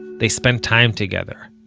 they spent time together